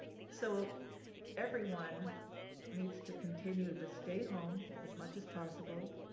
so everyone needs to continue to stay home as much as possible,